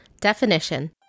Definition